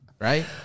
right